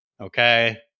okay